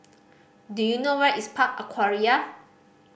do you know where is Park Aquaria